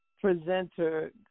presenter